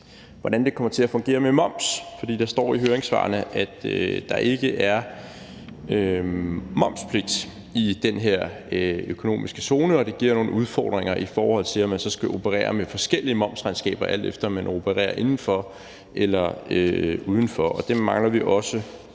hvordan det kommer til at fungere med moms, for der står i høringssvarene, at der ikke er momspligt i den her økonomiske zone, og det giver nogle udfordringer, i forhold til om man så skal operere med forskellige momsregnskaber, alt efter om man opererer inden for eller uden for zonen. Det mangler vi også